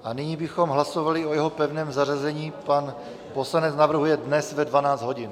A nyní bychom hlasovali o jeho pevném zařazení, pan poslanec navrhuje dnes ve 12 hodin.